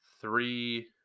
three